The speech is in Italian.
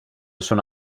sono